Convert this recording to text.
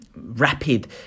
rapid